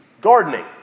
Gardening